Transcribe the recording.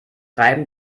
reiben